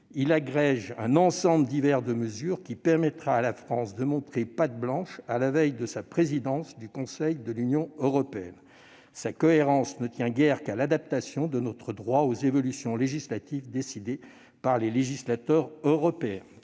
il agrège un ensemble divers de mesures qui permettra à la France de montrer patte blanche à la veille de sa présidence du Conseil de l'Union européenne. Sa cohérence ne tient guère qu'à l'adaptation de notre droit aux évolutions législatives décidées par les législateurs européens.